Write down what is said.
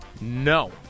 No